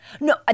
No